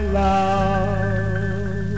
love